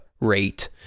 rate